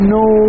no